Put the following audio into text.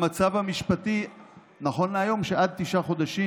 המצב המשפטי נכון להיום הוא שעד תשעה חודשים